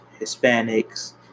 Hispanics